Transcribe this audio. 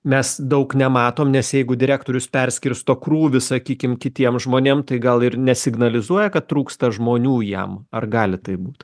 mes daug nematom nes jeigu direktorius perskirsto krūvį sakykim kitiem žmonėm tai gal ir nesignalizuoja kad trūksta žmonių jam ar gali taip būt